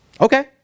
Okay